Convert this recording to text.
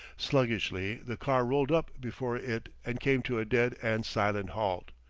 sluggishly the car rolled up before it and came to a dead and silent halt.